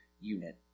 unit